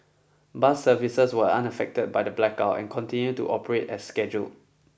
bus services were unaffected by the blackout and continued to operate as scheduled